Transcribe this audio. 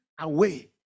away